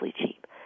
cheap